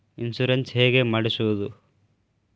Insurance ಹೇಗೆ ಮಾಡಿಸುವುದು?